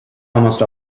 almost